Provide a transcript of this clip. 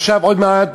עכשיו, עוד מעט